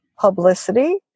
publicity